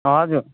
हजुर